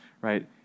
right